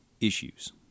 issues